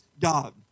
God